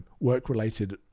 work-related